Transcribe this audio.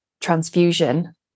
transfusion